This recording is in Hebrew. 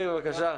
בבקשה.